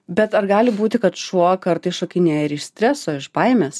bet ar gali būti kad šuo kartais šokinėja ir iš streso iš baimės